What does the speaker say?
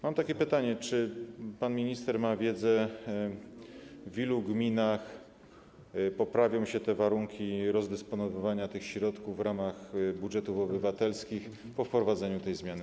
Mam pytanie: Czy pan minister ma wiedzę, w ilu gminach poprawią się warunki rozdysponowywania tych środków w ramach budżetów obywatelskich po wprowadzeniu tej zmiany?